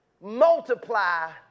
multiply